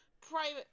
private